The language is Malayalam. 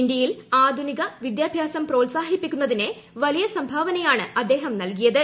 ഇന്ത്യയിൽ ആധുനിക വിദ്യാഭ്യാസം പ്രോത്സാഹിപ്പിക്കുന്നതിന് വലിയ സംഭാവനയാണ് അദ്ദേഹം നൽകിയത്